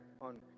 on